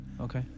Okay